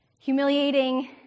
humiliating